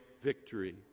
victory